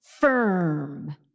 firm